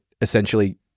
essentially